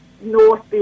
north